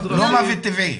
לא מוות טבעי.